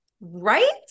right